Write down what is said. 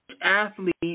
Athlete